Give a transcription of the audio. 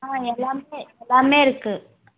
ஆ எல்லாமே எல்லாமே இருக்குது